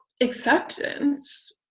acceptance